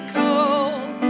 cold